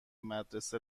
مدرسه